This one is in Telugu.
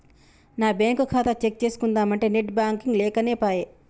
నా బ్యేంకు ఖాతా చెక్ చేస్కుందామంటే నెట్ బాంకింగ్ లేకనేపాయె